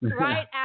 Right